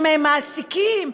עם מעסיקים,